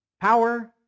Power